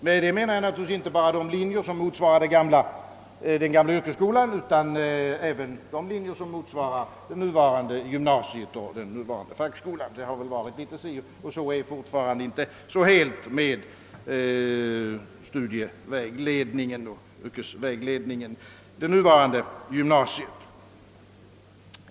Härvidlag avser jag givetvis inte endast de linjer som motsvarar den gamla yrkesskolan utan även de linjer som motsvarar nuvarande gymnasium och fackskola. Det har varit si och så — och är fortfarande på det sättet — med studievägledning och yrkesvägledning inom det nuvarande gymnasiet.